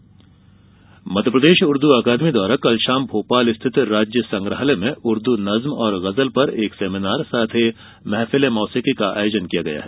उर्दू अकादमी मध्यप्रदेश उर्दू अकादमी द्वारा कल शाम भोपाल स्थित राज्य संग्रहालय में उर्दू नज्म और गज़ल पर एक सेमिनार साथ ही महफिल ए मौसिकी का आयोजन किया गया है